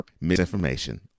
misinformation